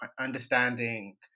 understanding